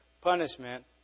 punishment